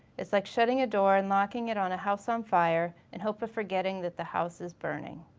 it's like shutting a door and locking it on a house on fire in hopes of forgetting that the house is burning.